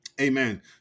Amen